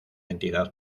entidad